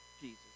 Jesus